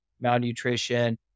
malnutrition